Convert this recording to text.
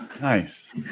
Nice